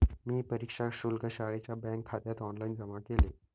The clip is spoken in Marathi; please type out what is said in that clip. मी परीक्षा शुल्क शाळेच्या बँकखात्यात ऑनलाइन जमा केले